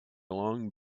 long